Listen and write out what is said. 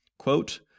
Quote